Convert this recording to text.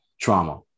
trauma